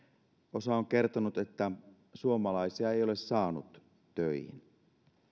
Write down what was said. osa on kertonut että suomalaisia ei ole saanut töihin